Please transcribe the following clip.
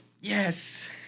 yes